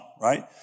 right